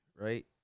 right